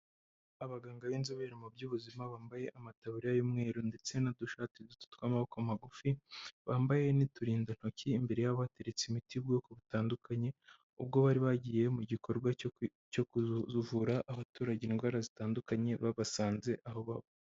Abaganga b'inzobere mu by'ubuzima, bambaye amataburiya y'umweru, ndetse n'udushati duto tw'amaboko magufi, bambaye n'uturindantoki, imbere yabo habateretse imiti y'ubwoko butandukanye, ubwo bari bagiye mu gikorwa cyo kuvura abaturage indwara zitandukanye, babasanze aho baba.